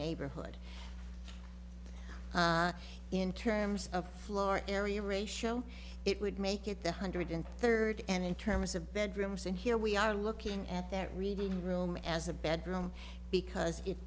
neighborhood in terms of floor area ratio it would make it the hundred third and in terms of bedrooms and here we are looking at their reading room as a bedroom because it